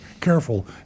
careful